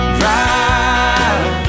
drive